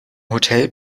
hotel